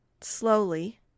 Slowly